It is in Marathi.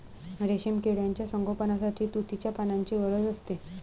रेशीम किड्यांच्या संगोपनासाठी तुतीच्या पानांची गरज असते